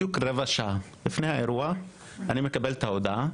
בדיוק רבע שעה עברה מאז שהתחיל האירוע ואז קיבלתי את ההודעה.